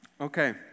Okay